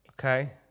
Okay